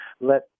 let